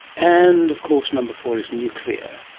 and of course number four is nuclear.